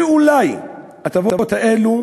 ואולי ההטבות האלה